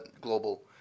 Global